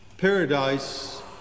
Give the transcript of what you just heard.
Paradise